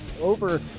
over